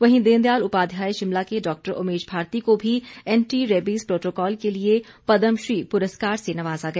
वहीं दीन दयाल उपाध्याय शिमला के डॉक्टर ओमेश भारती को भी एंटी रेबीज प्रोटोकॉल के लिए पदम श्री पुरस्कार से नवाजा गया